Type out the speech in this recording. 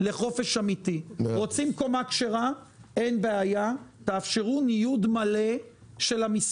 לא יכול להיות שהכנסת תיתן את ידה למצב